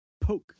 poke